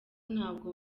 ntabwo